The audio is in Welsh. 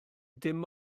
dim